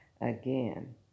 Again